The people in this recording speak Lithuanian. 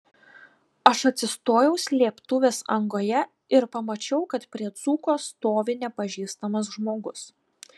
aš atsistojau slėptuvės angoje ir pamačiau kad prie dzūko stovi nepažįstamas žmogus